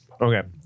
Okay